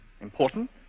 Important